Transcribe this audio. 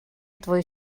твою